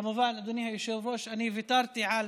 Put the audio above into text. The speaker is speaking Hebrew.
כמובן, אדוני היושב-ראש, אני ויתרתי על